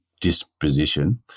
disposition